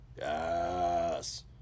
yes